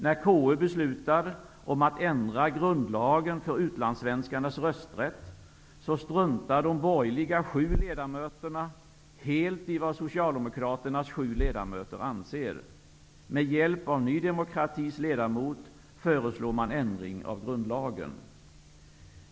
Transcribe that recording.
När KU beslutade om att ändra grundlagen för utlandssvenskarnas rösträtt, struntade de sju borgerliga ledamöterna helt i vad socialdemokraternas sju ledamöter ansåg. Med hjälp av Ny demokratis ledamot föreslår man en ändring i grundlagen.